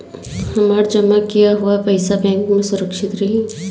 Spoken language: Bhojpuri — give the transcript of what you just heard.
हमार जमा किया हुआ पईसा बैंक में सुरक्षित रहीं?